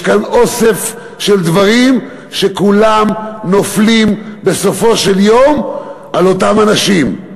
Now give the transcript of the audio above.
יש כאן אוסף של דברים שכולם נופלים בסופו של יום על אותם אנשים,